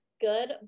good